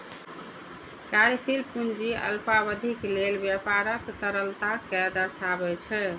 कार्यशील पूंजी अल्पावधिक लेल व्यापारक तरलता कें दर्शाबै छै